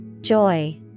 Joy